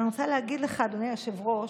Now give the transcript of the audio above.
אני רוצה להגיד לך, אדוני היושב-ראש,